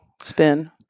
spin